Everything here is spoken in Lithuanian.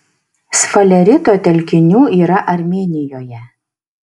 sfalerito telkinių yra armėnijoje